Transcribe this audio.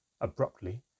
abruptly